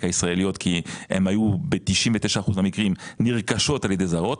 הישראליות כי ב-99 אחוזים מהמקרים הן היו נרכשות על ידי זרות,